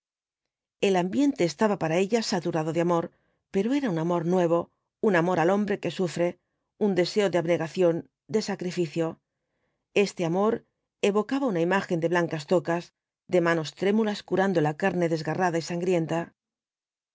el ambiente estaba para ella saturado de amor pero era un amor nuevo un amor al hombre que sufre un deseo de abnegación de sacrificio este amor evocaba una imagen de blancas tocas de manos trémulas curando la carné desgarrada y sangrienta